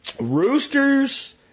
roosters